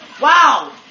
Wow